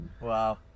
Wow